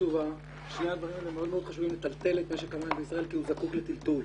חשובה לטלטל את משק המים בישראל כי הוא זקוק לטלטול.